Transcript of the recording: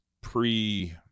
pre